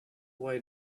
why